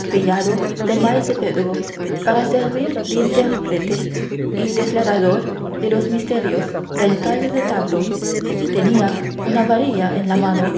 criado del maese pedro para servir de intérprete y declarador de los misterios del tal retablo tenía una varilla en la mano